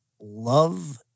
love